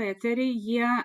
eteriai jie